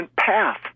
path